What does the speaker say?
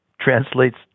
translates